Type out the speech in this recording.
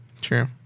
True